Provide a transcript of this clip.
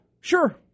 sure